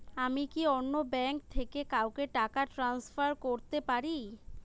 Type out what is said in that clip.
আমি কি অন্য ব্যাঙ্ক থেকে কাউকে টাকা ট্রান্সফার করতে পারি?